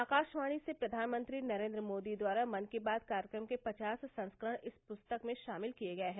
आकाशवाणी से प्रधानमंत्री नरेन्द्र मोदी द्वारा मन की बात कार्यक्रम के पचास संस्करण इस पुस्तक में शामिल किए गए हैं